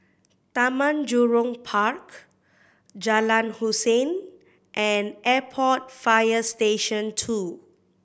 Taman Jurong Park Jalan Hussein and Airport Fire Station Two